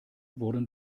wurden